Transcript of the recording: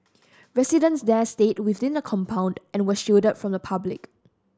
residents there stayed within the compound and were shielded from the public